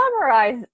summarize